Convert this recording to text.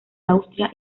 austria